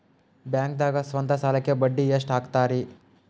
ಬ್ಯಾಂಕ್ದಾಗ ಸ್ವಂತ ಸಾಲಕ್ಕೆ ಬಡ್ಡಿ ಎಷ್ಟ್ ಹಕ್ತಾರಿ?